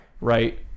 Right